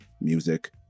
music